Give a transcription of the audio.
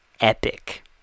Epic